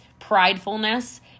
pridefulness